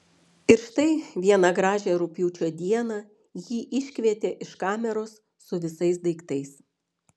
ir štai vieną gražią rugpjūčio dieną jį iškvietė iš kameros su visais daiktais